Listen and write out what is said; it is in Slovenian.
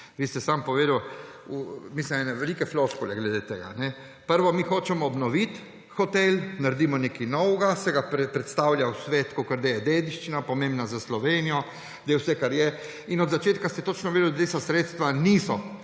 Vi ste samo povedali ene velike floskule glede tega. Prvo, mi hočemo obnoviti hotel, naredimo nekaj novega, se ga predstavlja v svet, kakor da je dediščina, pomembna za Slovenijo, da je vse, kar je, in od začetka se je točno vedelo, da tista sredstva niso